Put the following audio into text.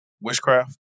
witchcraft